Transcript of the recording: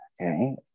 Okay